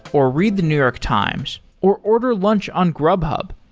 or read the new york times, or order lunch on grubhub,